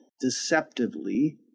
deceptively